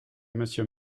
monsieur